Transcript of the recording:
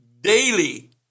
daily